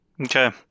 Okay